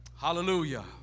Hallelujah